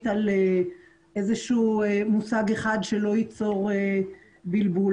על איזשהו מושג אחד שלא ייצור בלבול.